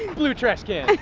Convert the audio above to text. blue trash can yeah